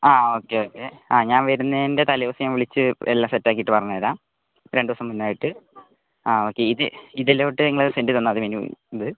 ആ okay okay ആ ഞാൻ വരുന്നേൻ്റെ തലേദിവസം ഞാൻ വിളിച് എല്ലാം സെറ്റാക്കിയിട്ടു പറഞ്ഞുതരാം രണ്ടുദിവസം മുന്നെയായിട്ട് ആ ഓക്കേ ഇത് ഇതിലോട്ട് നിങ്ങള് സെൻഡയ്തു തന്നാൽ മതി മെനു ഇത്